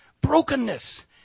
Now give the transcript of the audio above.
brokenness